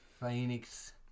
Phoenix